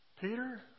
Peter